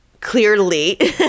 clearly